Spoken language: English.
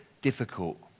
difficult